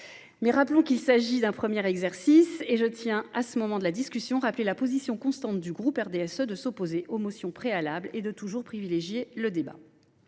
Mais rappelons qu’il s’agit d’un premier exercice et je tiens, à ce stade de la discussion, à rappeler la position constante du groupe du RDSE, qui est de s’opposer aux motions préalables et de toujours privilégier le débat.